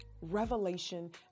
revelation